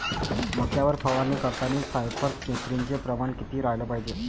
मक्यावर फवारनी करतांनी सायफर मेथ्रीनचं प्रमान किती रायलं पायजे?